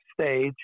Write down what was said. stage